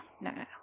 no